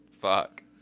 fuck